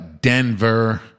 Denver